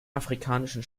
afrikanischen